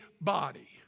body